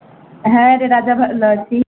হ্যাঁ রে রাজা ভালো আছি